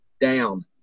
down